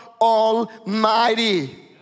Almighty